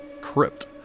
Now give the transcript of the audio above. crypt